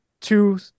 two